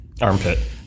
armpit